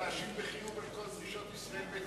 כל זה ב-41 יום.